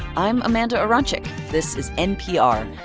i'm amanda aronczyk. this is npr.